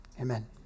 Amen